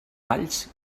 alls